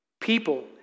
people